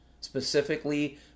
specifically